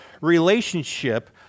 relationship